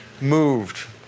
moved